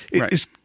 Right